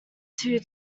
two